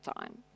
time